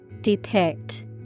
Depict